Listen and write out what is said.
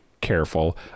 careful